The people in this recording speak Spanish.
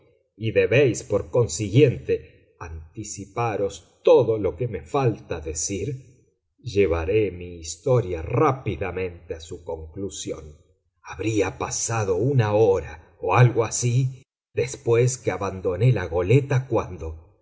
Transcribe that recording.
y debéis por consiguiente anticiparos todo lo que me falta decir llevaré mi historia rápidamente a su conclusión habría pasado una hora o algo así después que abandoné la goleta cuando